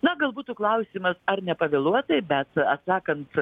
na gal būtų klausimas ar ne pavėluotai bet atsakant